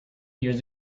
years